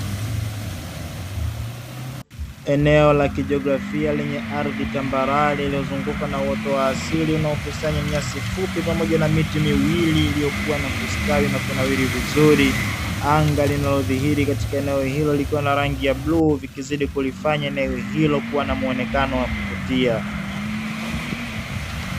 Eneo la kijografia lenye ardhi tambarare iliyozungukwa na uoto wa asili unaokusanya nyasi fupi pamoja na miti miwili ilikua na kustawi na kunawiri vizuri anga linalodhihili, eneo hilo likiwa na rangi ya bluu likizidi kulifanya eneo hilo kuwa na muonekano wa kuvutia.